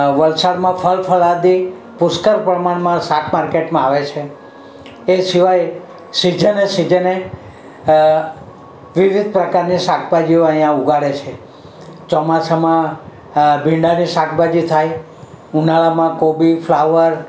વલસાડમાં ફળ ફળાદી પુષ્ક્ળ પ્રમાણમાં શાક માર્કેટમાં આવે છે એ સિવાય સિઝને સિઝને વિવિધ પ્રકારની શાકભાજીઓ અહીં ઉગાડે છે ચોમાસામાં ભીંડાની શાકભાજી થાય ઉનાળામાં કોબી ફુલાવર